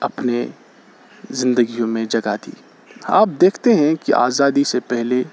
اپنے زندگیوں میں جگہ دی آپ دیکھتے ہیں کہ آزادی سے پہلے